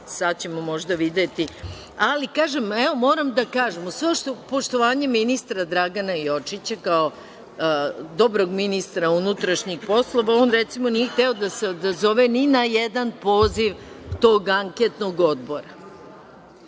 Sada ćemo možda videti. Ali, kažem, moram da kažem, uz svo poštovanje ministra Dragana Jočića, kao dobrog ministra unutrašnjih poslova, on recimo nije hteo da se odazove ni na jedan poziv tog anketnog odbora,